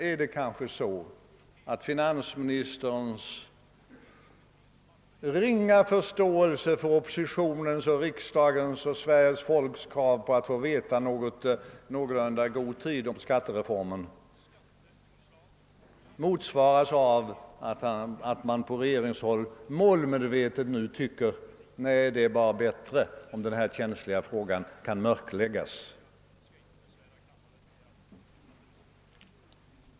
Är det kanske så att finansministerns ringa förståelse för oppositionens, riksdagens och Sveriges folks krav på att få veta något om skattereformen i någorlunda god tid beror på att man på regeringshåll målmedvetet föredrar att mörklägga denna känsliga fråga?